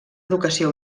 educació